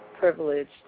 privileged